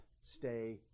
stay